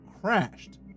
crashed